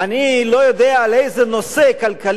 אני לא יודע על איזה נושא כלכלי-חברתי